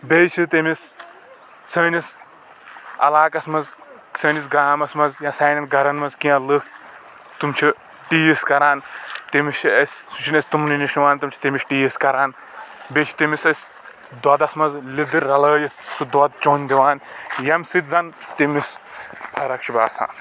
بیٚیہِ چھ تٔمِس سأنِس علاقس منٛز سانِس گامس منٛز یا سانٮ۪ن گرن منٛز کیٚنٛہہ لُکھ تمہٕ چھ ٹیٖس کڑان سُہ چِھنہٕ أسۍ تمنٕے نِش نِوان تہٕ تِم چھ تٔمِس ٹیٖس کران بیٚیہِ چھ تٔمِس أسۍ دۄدس منٛز لیٚدٕر رلأوِتھ سُہ دۄد چیٚون دِوان ییٚمہِ سۭتۍ زن تٔمِس فرق چھ باسان